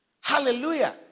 Hallelujah